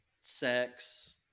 sex